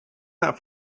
that